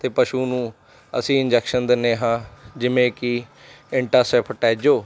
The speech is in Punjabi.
ਅਤੇ ਪਸ਼ੂ ਨੂੰ ਅਸੀਂ ਇੰਜੈਕਸ਼ਨ ਦਿੰਦੇ ਹਾਂ ਜਿਵੇਂ ਕਿ ਇੰਟਾਸੈਫਟੈਜੋ